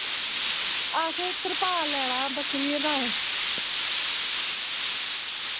असैं तरपाल लैना बकरिये ताईं